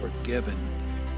forgiven